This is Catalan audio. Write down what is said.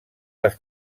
les